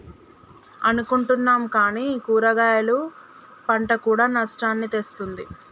అనుకుంటున్నాం కానీ కూరగాయలు పంట కూడా నష్టాల్ని తెస్తుంది